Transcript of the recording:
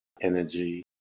energy